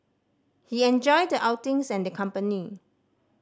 he enjoyed the outings and the company